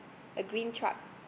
a green truck